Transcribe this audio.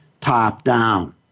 top-down